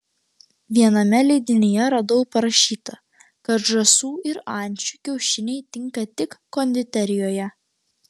viename leidinyje radau parašyta kad žąsų ir ančių kiaušiniai tinka tik konditerijoje